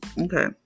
okay